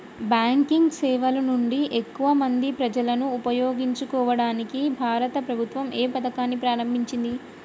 Banking సేవల నుండి ఎక్కువ మంది ప్రజలను ఉపయోగించుకోవడానికి భారత ప్రభుత్వం ఏ పథకాన్ని ప్రారంభించింది?